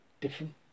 different